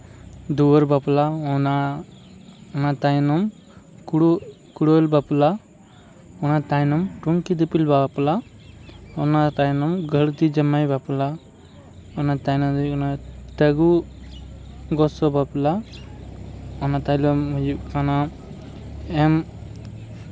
ᱫᱩᱣᱟᱹᱨ ᱵᱟᱯᱞᱟ ᱚᱱᱟ ᱚᱱᱟ ᱛᱟᱭᱱᱚᱢ ᱠᱩᱲᱟᱹ ᱠᱩᱲᱟᱹᱨ ᱵᱟᱯᱞᱟ ᱚᱱᱟ ᱛᱟᱭᱱᱚᱢ ᱴᱩᱝᱠᱤ ᱫᱤᱯᱤᱞ ᱵᱟᱯᱞᱟ ᱚᱱᱟ ᱛᱟᱭᱱᱚᱢ ᱜᱷᱟᱹᱨᱫᱤ ᱡᱟᱶᱟᱭ ᱵᱟᱯᱞᱟ ᱚᱱᱟ ᱛᱟᱭᱱᱚᱢ ᱫᱚ ᱦᱩᱭᱩᱜ ᱠᱟᱱᱟ ᱟᱹᱜᱩ ᱜᱚᱥᱚ ᱵᱟᱯᱞᱟ ᱚᱱᱟ ᱛᱟᱭᱱᱚᱢ ᱦᱩᱭᱩᱜ ᱠᱟᱱᱟ ᱮᱢ